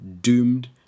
doomed